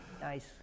Nice